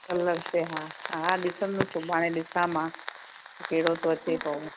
colours ते हा हा ॾिसंदस सुबाणे ॾिसां मां त कहिड़ो थो अचे पोइ हू